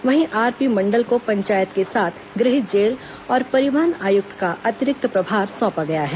वहीं आरपी मंडल को पंचायत के साथ गृह जेल और परिवहन आयुक्त का अतिरिक्त प्रभार सौंपा गया है